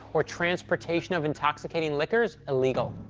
or transportation of intoxicating liquors illegal.